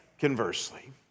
conversely